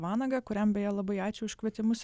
vanagą kuriam beje labai ačiū už kvietimus